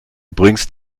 bringst